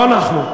לא אנחנו.